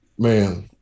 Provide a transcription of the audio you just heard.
Man